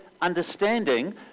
understanding